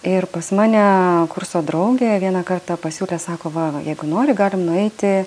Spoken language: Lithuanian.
ir pas mane kurso draugė vieną kartą pasiūlė sako va va jeigu nori galim nueiti